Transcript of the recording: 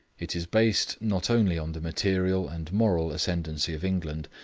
it is based, not only on the material and moral ascendency of england,